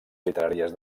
literàries